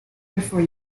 before